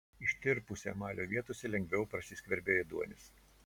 ištirpusio emalio vietose lengviau prasiskverbia ėduonis